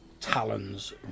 talons